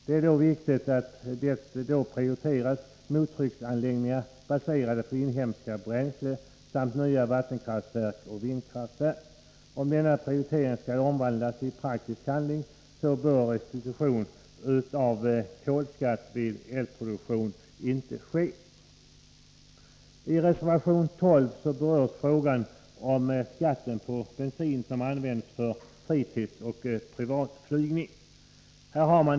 Det är viktigt att man då prioriterar mottrycksanläggningar baserade på inhemska bränslen samt nya vattenkraftverk och vindkraftverk. Om denna prioritering skall omvandlas i praktisk handling, bör restitution av kolskatt vid elproduktion inte ske. I reservation 12 berörs frågan om skatt på bensin som används för fritidsoch privatflygning.